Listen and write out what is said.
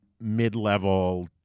mid-level